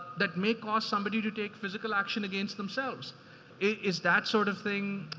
that may cause somebody to take physical action against themselves is that sort of thing,